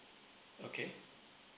okay